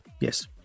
yes